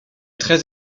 très